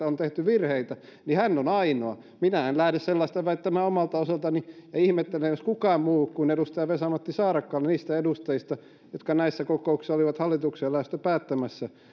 on tehty virheitä niin hän on ainoa minä en lähde sellaista väittämään omalta osaltani ja ihmettelen jos kukaan muu kuin edustaja vesa matti saarakkala niistä edustajista jotka näissä kokouksissa olivat hallitukseen lähdöstä päättämässä